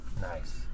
Nice